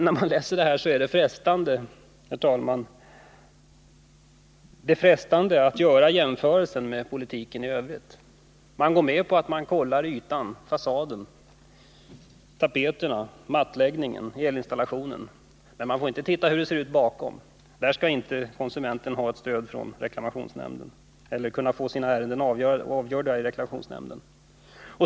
När man läser detta är det frestande, herr talman, att göra en jämförelse med politiken i övrigt. Utskottet går med på att kontrollera ytan, fasaden, tapeter, mattläggning, elinstallationer, men man går inte med på att titta på hur det ser ut bakom. När det gäller sådant skall inte konsumenten kunna få sina ärenden avgjorda i reklamationsnämnden.